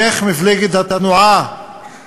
איך מפלגת התנועה